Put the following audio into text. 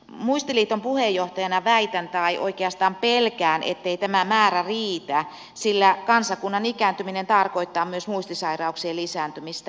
muistiliiton puheenjohtajana väitän tai oikeastaan pelkään ettei tämä määrä riitä sillä kansakunnan ikääntyminen tarkoittaa myös muistisairauksien lisääntymistä